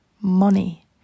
money